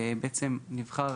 בעצם נבחרה